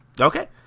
Okay